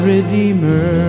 Redeemer